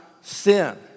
sin